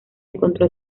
encontró